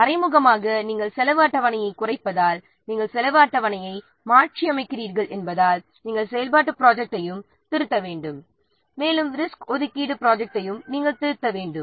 மறைமுகமாக நாம் செலவு அட்டவணையை குறைப்பதால் நாம் செலவு அட்டவணையை மாற்றியமைக்கிறீறோம் என்பதால் நாம் செயல்பாட்டு ப்ராஜெக்ட்டையும் திருத்த வேண்டும் மேலும் ரிசோர்ஸ் ஒதுக்கீடு ப்ராஜெக்ட்டையும் நாம் திருத்த வேண்டும்